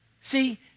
See